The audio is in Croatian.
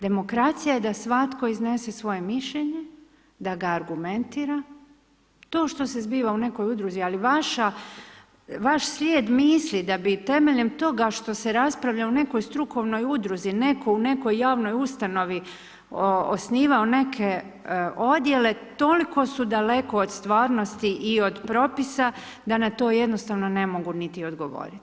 Demokracija je da svatko iznese svoje mišljenje, da ga argumentira, to što se zbiva u nekoj udruzi, ali vaš vaša, vaš svijet misli da bi temeljem toga što se raspravlja u nekoj strukovnoj udruzi, netko u nekoj javnoj ustanovi, osnivao neke odjele, toliko su daleko od stvarnosti i od propisa da na to jednostavno ne mogu niti odgovoriti.